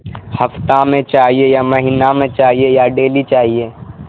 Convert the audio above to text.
ہفتہ میں چاہیے یا مہینہ میں چاہیے یا ڈیلی چاہیے